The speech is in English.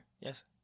Yes